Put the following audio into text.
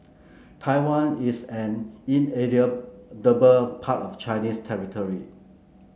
Taiwan is an inalienable part of Chinese territory